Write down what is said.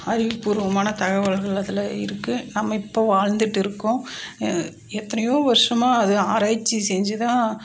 அறிவுபூர்வமான தகவல்கள் அதில் இருக்கு நம்ம இப்போது வாழ்ந்துகிட்டு இருக்கோம் எத்தனையோ வருஷமா அது ஆராய்ச்சி செஞ்சு தான்